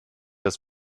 das